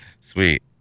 sweet